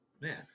man